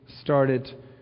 started